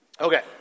okay